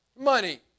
money